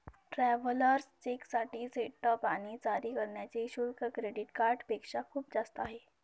travellers चेकसाठी setup आणि जारी करण्याचे शुल्क क्रेडिट कार्डपेक्षा खूप जास्त आहे